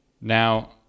Now